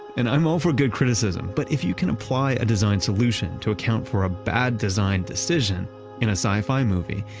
and i'm all for good criticism. but if you can apply a design solution to account for a bad design decision in a sci-fi movie,